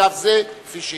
בשלב זה כפי שהיא.